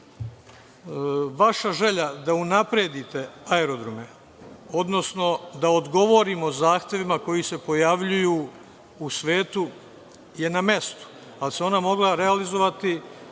želja da unapredite aerodrome, odnosno da odgovorimo zahtevima koji se pojavljuju u svetu je na mestu, ali se ona mogla realizovati